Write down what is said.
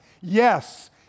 Yes